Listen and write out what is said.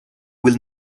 will